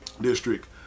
district